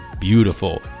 beautiful